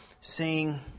seeing